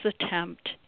attempt